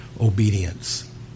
obedience